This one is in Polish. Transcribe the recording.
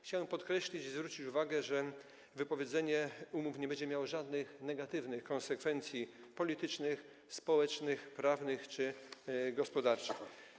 Chciałbym podkreślić i zwrócić uwagę, że wypowiedzenie umów nie będzie miało żadnych negatywnych konsekwencji politycznych, społecznych, prawnych czy gospodarczych.